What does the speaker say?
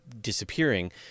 disappearing